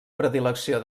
predilecció